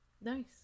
nice